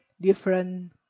different